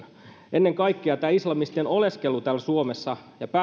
ennen kaikkea islamistien oleskelu täällä suomessa ja pääsy